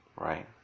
right